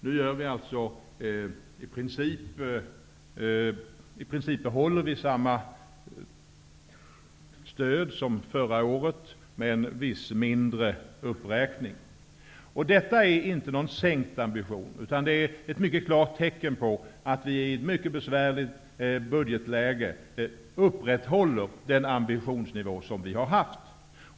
Nu behåller vi alltså i princip samma stöd som förra året med en viss mindre uppräkning. Detta är inte någon sänkt ambition, utan ett mycket klart tecken på att vi i ett mycket besvärligt budgetläge upprätthåller den ambitionsnivå som vi har haft.